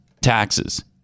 taxes